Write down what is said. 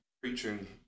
preaching